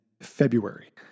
February